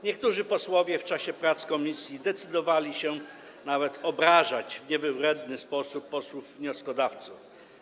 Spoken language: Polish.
Niektórzy posłowie w czasie prac komisji decydowali się nawet obrażać w niewybredny sposób posłów wnioskodawców.